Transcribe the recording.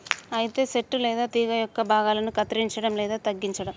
అయితే సెట్టు లేదా తీగ యొక్క భాగాలను కత్తిరంచడం లేదా తగ్గించడం